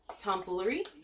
tomfoolery